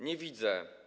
Nie widzę.